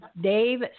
Dave